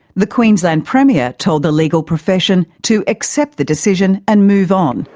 the queensland premier told the legal profession to accept the decision and move on.